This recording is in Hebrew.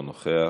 אינו נוכח.